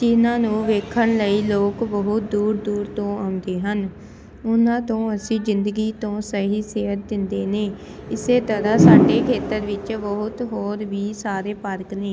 ਜਿਨ੍ਹਾਂ ਨੂੰ ਵੇਖਣ ਲਈ ਲੋਕ ਬਹੁਤ ਦੂਰ ਦੂਰ ਤੋਂ ਆਉਂਦੇ ਹਨ ਉਹਨਾਂ ਤੋਂ ਅਸੀਂ ਜ਼ਿੰਦਗੀ ਤੋਂ ਸਹੀ ਸੇਧ ਦਿੰਦੇ ਨੇ ਇਸੇ ਤਰ੍ਹਾਂ ਸਾਡੇ ਖੇਤਰ ਵਿੱਚ ਬਹੁਤ ਹੋਰ ਵੀ ਸਾਰੇ ਭਗਤ ਨੇ